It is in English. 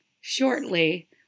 shortly